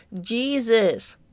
Jesus